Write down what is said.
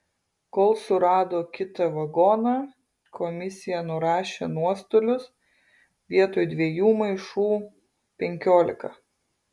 kol surado kitą vagoną komisija nurašė nuostolius vietoj dviejų maišų penkiolika